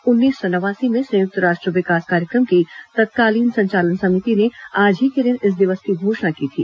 उन्नीस सौ नवासी में संयुक्त राष्ट्र विकास कार्यक्रम की तत्कालीन संचालन समिति ने आज ही के दिन इस दिवस की घोषणा की थी